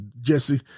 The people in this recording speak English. Jesse